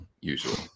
usual